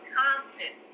constant